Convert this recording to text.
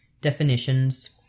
definitions